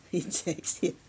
insects yeah